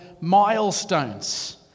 milestones